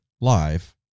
live